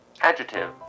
Adjective